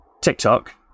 TikTok